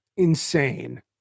insane